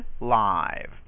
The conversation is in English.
live